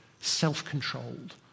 self-controlled